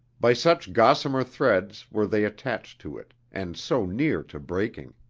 by such gossamer threads were they attached to it and so near to breaking